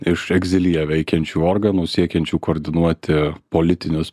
iš egziliją veikiančių organų siekiančių koordinuoti politinius